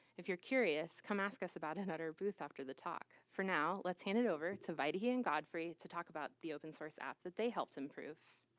if you're curious, come as us about it at our booth after the talk. for now, lets hand it over to vaidehi and godfrey to talk about the open source app that they helped improve. are